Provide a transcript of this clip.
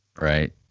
right